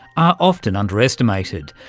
are often underestimated.